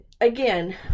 Again